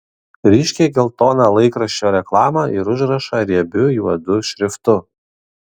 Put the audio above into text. ryškiai geltoną laikraščio reklamą ir užrašą riebiu juodu šriftu